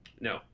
no